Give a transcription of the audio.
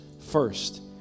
first